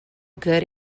good